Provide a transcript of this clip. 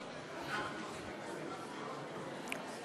אנחנו עוסקים בסתימת פיות?